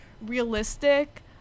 realistic